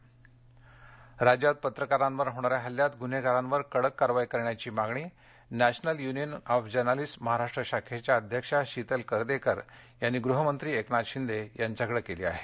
पत्रकार राज्यात पत्रकारांवर होणाऱ्या हल्ल्यात गुन्हेगारांवर कडक कारवाई करण्याची मागणी National Union of Journalists Maharashtra शाखेच्या अध्यक्षा शीतल करदेकर यांनी गृहमंत्री एकनाथ शिंदे यांच्याकडे केली आहे